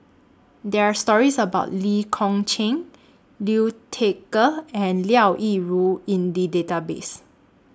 There Are stories about Lee Kong Chian Liu Thai Ker and Liao Yingru in The Database